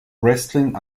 wrestling